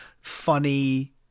funny